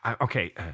okay